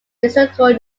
historical